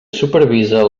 supervisa